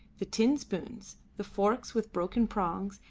the tin spoons, the forks with broken prongs,